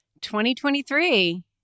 2023